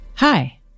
Hi